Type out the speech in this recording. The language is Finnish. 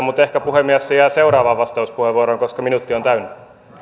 mutta ehkä puhemies se jää seuraavaan vastauspuheenvuoroon koska minuutti on täynnä